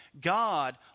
God